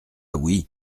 oui